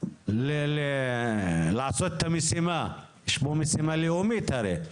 למלא את המשימה, הרי יש פה משימה לאומית,